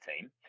team